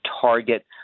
target